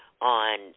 on